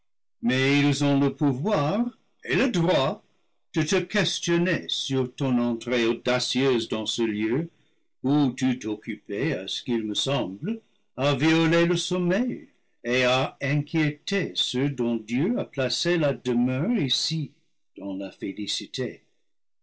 mais ils ont le pou voir et le droit de te questionner sur ton entrée audacieuse dans ce lieu où tu t'occupais à ce qu'il me semble à violer le sommeil et à inquiéter ceux dont dieu a placé la demeure ici dans la félicité